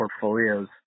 portfolios